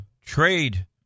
trade